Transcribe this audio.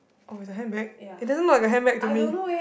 oh the handbag it doesn't look like a handbag to me